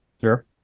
Sure